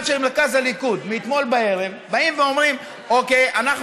לפני כן דיברתי,